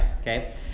okay